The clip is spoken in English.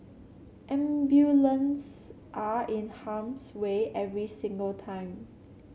ambulances are in harm's way every single time